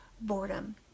boredom